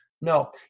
No